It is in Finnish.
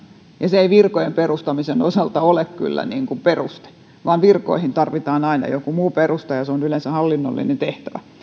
se ei virkojen perustamisen osalta ole kyllä peruste vaan virkoihin tarvitaan aina jokin muu peruste ja se on yleensä hallinnollinen tehtävä